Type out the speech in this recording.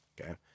Okay